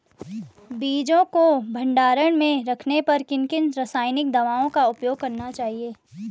बीजों को भंडारण में रखने पर किन किन रासायनिक दावों का उपयोग करना चाहिए?